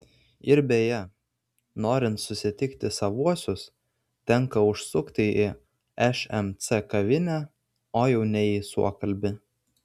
ir beje norint susitikti savuosius tenka užsukti į šmc kavinę o jau ne į suokalbį